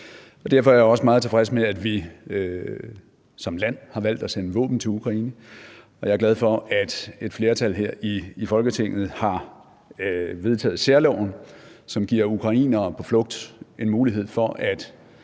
derfor er jeg også meget tilfreds med, at vi som land har valgt at sende våben til Ukraine, og jeg er glad for, at et flertal her i Folketinget har vedtaget særloven, som giver ukrainere på flugt en mulighed for at